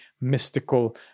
mystical